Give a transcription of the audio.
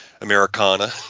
Americana